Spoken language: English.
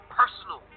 personal